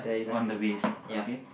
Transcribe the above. on the waist okay